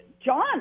John